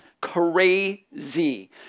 crazy